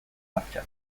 martxan